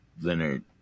Leonard